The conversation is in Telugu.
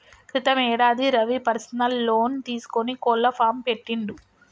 క్రితం యేడాది రవి పర్సనల్ లోన్ తీసుకొని కోళ్ల ఫాం పెట్టిండు